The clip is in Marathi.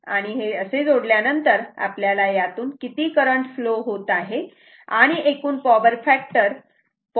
आणि हे असे जोडल्यानंतर आपल्याला यातून किती करंट फ्लो होत आहे आणि एकूण पॉवर फॅक्टर हा 0